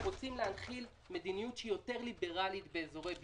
אנחנו רוצים להנחיל מדיניות שהיא יותר ליברלית באזורי ביקוש.